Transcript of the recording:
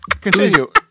Continue